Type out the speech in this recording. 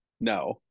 no